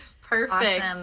perfect